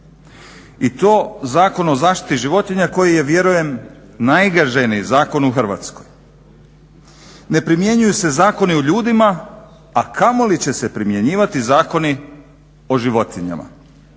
i to Zakon o zaštiti životinja koji je vjerujem najgaženiji zakon u Hrvatskoj. Ne primjenjuju se zakoni o ljudima, a kamoli će se primjenjivati zakoni o životinjama.